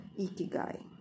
Ikigai